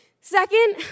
Second